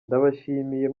ndabashimiye